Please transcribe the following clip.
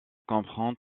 comprend